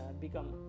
become